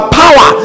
power